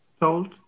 told